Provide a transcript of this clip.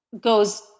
goes